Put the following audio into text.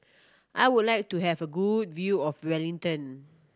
I would like to have a good view of Wellington